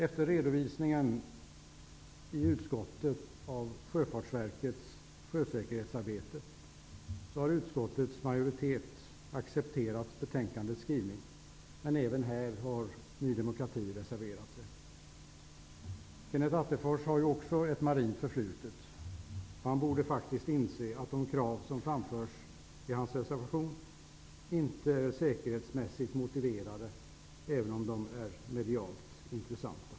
Efter redovisningen i utskottet av Sjöfartsverkets sjösäkerhetsarbete har utskottets majoritet accepterat betänkandets skrivning, men även här har Ny demokrati reserverat sig. Kenneth Attefors har ju också ett marint förflutet. Han borde faktiskt inse att de krav som framförts i hans reservation inte är säkerhetsmässigt motiverade, även om de är medialt intressanta.